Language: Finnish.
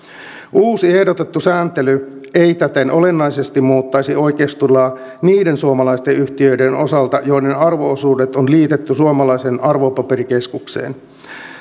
uusi ehdotettu sääntely ei täten olennaisesti muuttaisi oikeustilaa niiden suomalaisten yhtiöiden osalta joiden arvo osuudet on liitetty suomalaiseen arvopaperikeskukseen